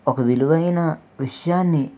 ఒక విలువైన విషయాన్ని